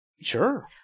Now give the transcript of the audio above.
Sure